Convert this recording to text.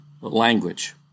language